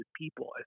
people